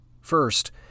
First